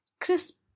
crisp